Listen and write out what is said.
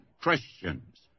Christians